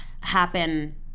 happen